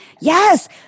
Yes